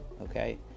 okay